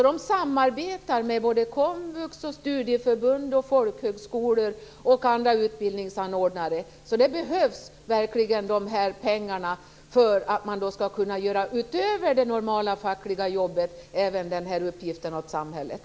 De samarbetar med komvux, studieförbund, folkhögskolor och andra utbildningsanordnare, så de här pengarna behövs verkligen för att de utöver det normala fackliga jobbet skall kunna utföra den här uppgiften åt samhället.